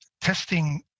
testing